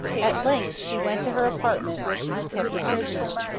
at length she went to her apartment, where she was kept a prisoner,